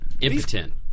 impotent